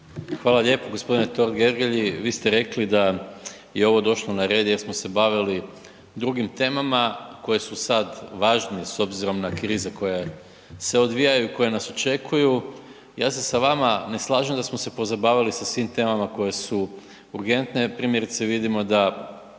Hvala lijepo g. Totgergeli. Vi ste rekli da je ovo došlo na red jer smo se bavili drugim temama koje su sad važnije s obzirom na krize koje se odvijaju i koje nas očekuju. Ja se sa vama ne slažem da smo se pozabavili sa svim temama koje su urgentne, primjerice vidimo da